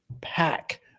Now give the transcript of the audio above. pack